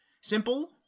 simple